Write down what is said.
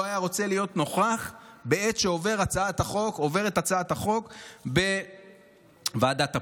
לא היה רוצה להיות אפילו נוכח בעת שעוברת הצעת החוק בוועדת הפנים.